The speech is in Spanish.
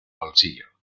bolsillo